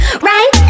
right